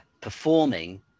performing